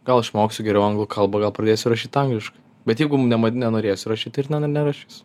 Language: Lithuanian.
gal išmoksiu geriau anglų kalbą gal pradėsiu rašyt angliškai bet jeigu nema nenorėsiu rašyt tai ir ner nerašysiu